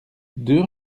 deux